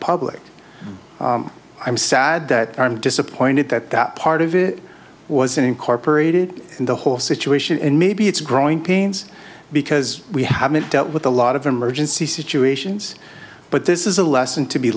public i'm sad that i'm disappointed that that part of it was incorporated in the whole situation and maybe it's growing pains because we haven't dealt with a lot of emergency situations but this is a lesson to be